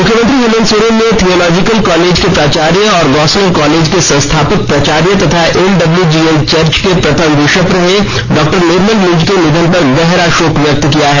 मुख्यमंत्री हेमंत सोरेन ने theological college के प्राचार्य और गोस्सनर कॉलेज के संस्थापक प्राचार्य तथा एनडब्ल्यूजीइएल चर्च के प्रथम बिशप रहे डॉ निर्मल मिंज के निधन पर गहरा शोक व्यक्त किया है